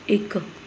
ਇੱਕ